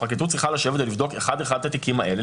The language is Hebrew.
הפרקליטות צריכה לשבת ולבדוק אחד-אחד את התיקים האלה,